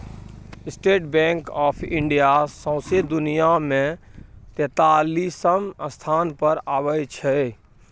state bank of India सौंसे दुनियाँ मे तेतालीसम स्थान पर अबै छै